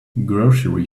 grocery